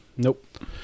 Nope